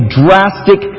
drastic